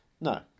No